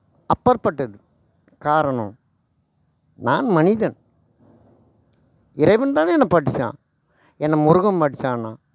அப்பாற்பட்டது காரணம் நான் மனிதன் இறைவன் தான என்ன படைச்சான் என்ன முருகன் படைச்சானா